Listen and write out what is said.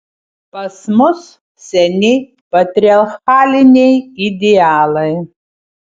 pas mus seni patriarchaliniai idealai